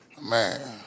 Man